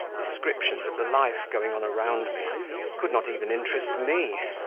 descriptions of the life going on around me could not even interest me